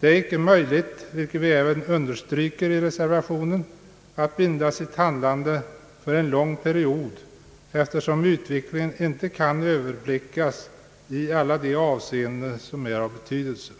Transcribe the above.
Det är icke möjligt, vilket vi även understryker i reservationen, att binda sitt handlande för en lång period, eftersom utvecklingen inte kan överblickas i alla de avseenden som är av betydelse.